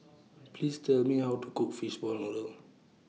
Please Tell Me How to Cook Fishball Noodle